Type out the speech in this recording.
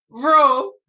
Bro